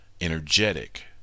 energetic